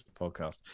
podcast